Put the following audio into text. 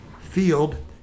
field